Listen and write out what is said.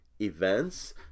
events